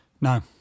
No